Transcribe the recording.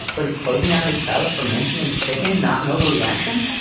but it's closing out his spouse for mentioning chicken. not an overreaction